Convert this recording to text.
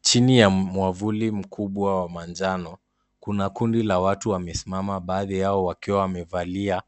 Chini ya mwavuli mkubwa wa manjano, kuna kundi la watu wamesimama baadhi yao wakiwa wamevalia